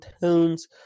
tones